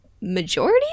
majority